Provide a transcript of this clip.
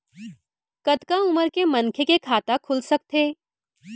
कतका उमर के मनखे के खाता खुल सकथे?